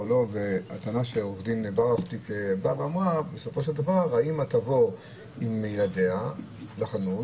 אני מציע שחבר הכנסת בגין ישאל את שאלתו אליך תוכלי לענות